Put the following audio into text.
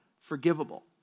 forgivable